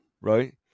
right